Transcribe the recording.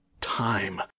Time